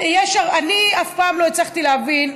אני אף פעם לא הצלחתי להבין,